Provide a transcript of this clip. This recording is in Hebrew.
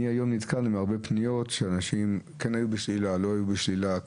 אני נתקל היום בהרבה פניות של אנשים שהיו בשלילה או לא היו בשלילה.